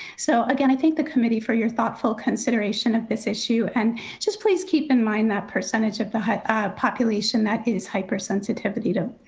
so again, i think the committee for your thoughtful consideration of this issue, and just please keep in mind that percentage of the population that is hypersensitivity to,